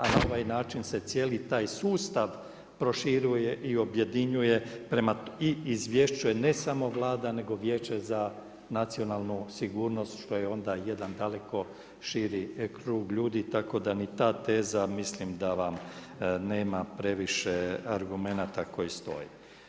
A na ovaj način se cijeli taj sustav proširuje i objedinjuje prema i izvješće je ne samo Vlada, nego Vijeće za nacionalnu sigurnost što je onda jedan daleko širi krug ljudi, tako da ni ta teza, mislim da nema previše argumenata koje stoje.